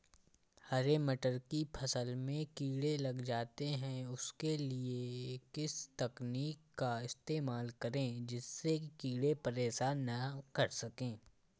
हरे मटर की फसल में कीड़े लग जाते हैं उसके लिए किस तकनीक का इस्तेमाल करें जिससे कीड़े परेशान ना कर सके?